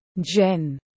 Jen